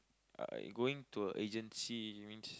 I going to a agency means